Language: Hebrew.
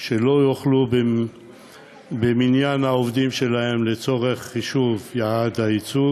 לא ייכללו במניין העובדים לצורך חישוב יעד הייצוג